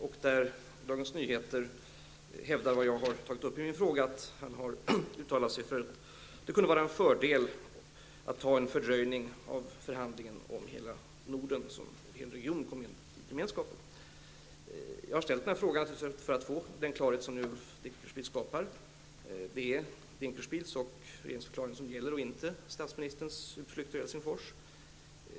Och i Dagens Nyheter hävdas det som jag har tagit upp i min fråga, nämligen att Carl Bildt har uttalat att det kunde vara en fördel att ta en fördröjning av förhandlingarna om hela Norden som region kom in i gemenskapen. Jag har ställt den här frågan för att få den klarhet som Ulf Dinkelspiel nu har skapat. Det är Ulf Dinkelspiels uttalanden och regeringsförklaringen som gäller och inte det statsministern sade efter besöket i Helsingfors.